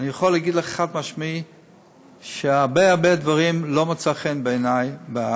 כל עוד אין אישור פרקליטות לפתיחת חקירה ולכך שמדובר בעבירה פלילית,